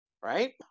right